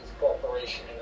Corporation